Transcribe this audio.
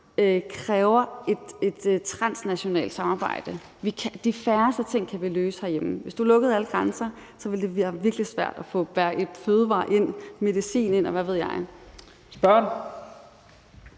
kræver et transnationalt samarbejde; de færreste ting kan vi løse herhjemme; hvis du lukkede alle grænser, ville det være virkelig svært at få fødevarer ind, medicin ind, og hvad ved jeg. Kl.